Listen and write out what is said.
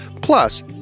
Plus